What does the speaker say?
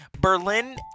Berlin